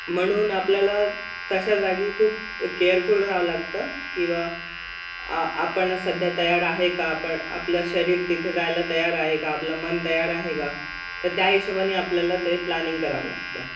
म्हणून आपल्याला तशा जाागी खूप केअरफुल राहावं लागतं किंवा आपण सध्या तयार आहे का आपण आपलं शरीर तिथे जायला तयार आहे का आपलं मन तयार आहे का तर त्या हिशोबानी आपल्याला ते प्लॅनिंग करावं लागतं